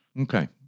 Okay